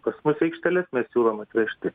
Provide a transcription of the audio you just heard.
pas mus į aikšteles mes siūlom atvežti